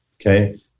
Okay